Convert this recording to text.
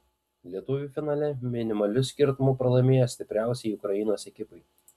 lietuviai finale minimaliu skirtumu pralaimėjo stipriausiai ukrainos ekipai